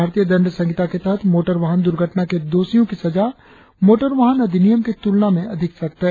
भारतीय दंड संहिता के तहत मोटर वाहन दुर्घटना के दोषियो की सजा मोटर वाहन अधिनियम की तुलना में अधिक सख्त है